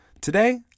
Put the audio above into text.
Today